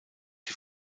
die